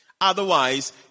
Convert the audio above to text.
Otherwise